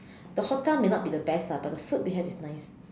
the hotel may not be the best lah but the food we have is nice